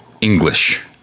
English